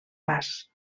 pas